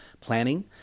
planning